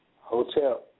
Hotel